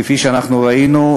כפי שראינו,